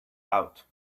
out